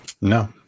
No